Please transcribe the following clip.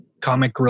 comic